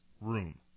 room